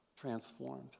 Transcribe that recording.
transformed